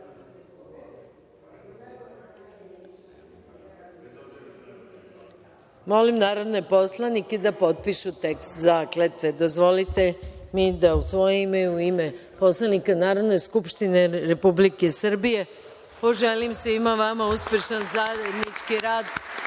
narodne poslanike da pristupe potpisivanju teksta zakletve. Dozvolite mi da u svoje ime i u ime poslanika Narodne skupštine Republike Srbije poželim svima vama uspešan zajednički rad